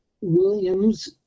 williams